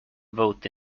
vote